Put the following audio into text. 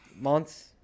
months